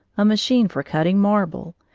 a machine for cutting marble,